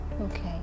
Okay